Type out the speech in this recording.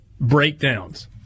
Breakdowns